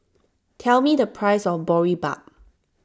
tell me the price of Boribap